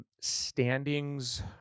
standings